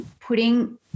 putting